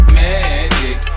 magic